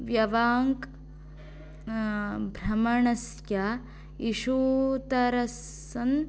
व्यावाङ्क भ्रमणस्य